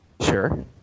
Sure